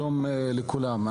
שלום לכולם,